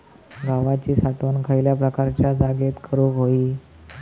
गव्हाची साठवण खयल्या प्रकारच्या जागेत करू होई?